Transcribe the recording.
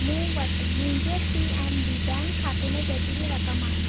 मूं वटि मुंहिंजे पी एन बी बैंक खाते में केतिरी रक़म आहे